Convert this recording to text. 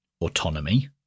autonomy